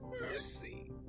mercy